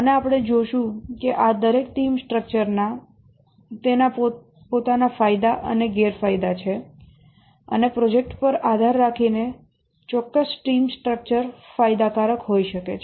અને આપણે જોશું કે આ દરેક ટીમ સ્ટ્રક્ચર ના તેના પોતાના ફાયદા અને ગેરફાયદા છે અને પ્રોજેક્ટ પર આધાર રાખીને ચોક્કસ ટીમ સ્ટ્રક્ચર ફાયદાકારક હોઈ શકે છે